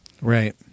Right